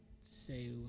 say